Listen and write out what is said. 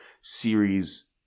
series